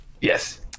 Yes